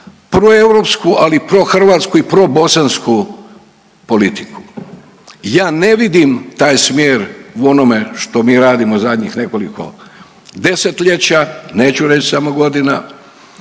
proeuropsku, ali i prohrvatsku i probosansku politiku. Ja ne vidim taj smjer u onome što mi radimo zadnjih nekoliko desetljeća, neću reći samo godina.